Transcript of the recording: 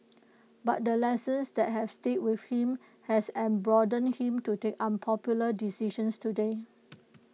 but the lessons that have stayed with him have emboldened him to take unpopular decisions today